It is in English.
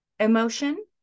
emotion